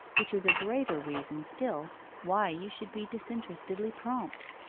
which is a greater reason still why you should be disinterestedly prompt